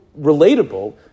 relatable